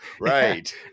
Right